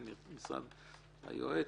הממשלה,